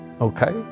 Okay